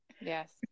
yes